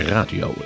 Radio